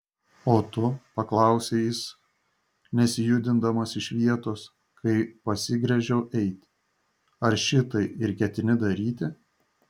o tu paklausė jis nesijudindamas iš vietos kai pasigręžiau eiti ar šitai ir ketini daryti